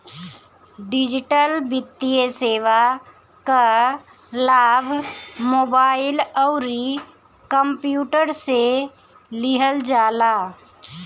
digital वित्तीय सेवा कअ लाभ मोबाइल अउरी कंप्यूटर से लिहल जाला